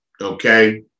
okay